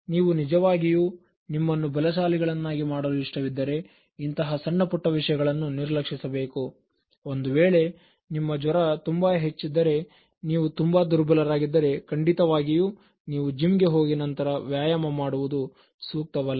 ನೀವು ನಿಜವಾಗಿಯೂ ನಿಮ್ಮನ್ನು ಬಲಶಾಲಿಗಳನ್ನಾಗಿ ಮಾಡಲು ಇಷ್ಟವಿದ್ದರೆ ಇಂತಹ ಸಣ್ಣಪುಟ್ಟ ವಿಷಯಗಳನ್ನು ನಿರ್ಲಕ್ಷಿಸಬೇಕು ಒಂದು ವೇಳೆ ನಿಮ್ಮ ಜ್ವರ ತುಂಬಾ ಹೆಚ್ಚಿದ್ದರೆ ಮತ್ತು ನೀವು ತುಂಬಾ ದುರ್ಬಲರಾಗಿದ್ದರೆ ಖಂಡಿತವಾಗಿಯೂ ನೀವು ಜಿಮ್ಗೆ ಹೋಗಿ ನಂತರ ವ್ಯಾಯಾಮ ಮಾಡುವುದು ಸೂಕ್ತವಲ್ಲ